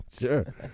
sure